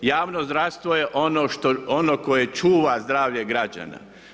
Javno zdravstvo je ono koje čuva zdravlje građana.